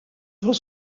was